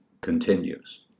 continues